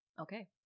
Okay